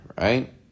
right